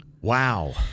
Wow